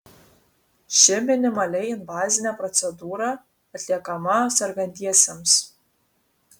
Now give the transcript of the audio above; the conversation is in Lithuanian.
ši minimaliai invazinė procedūra atliekama sergantiesiems